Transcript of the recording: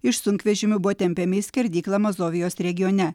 iš sunkvežimių buvo tempiami į skerdyklą mazovijos regione